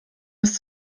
ist